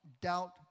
doubt